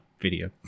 video